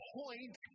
point